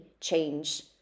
change